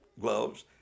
gloves